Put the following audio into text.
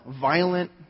violent